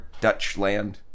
Dutchland